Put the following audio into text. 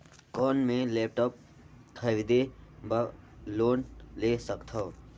कौन मैं लेपटॉप खरीदे बर लोन ले सकथव?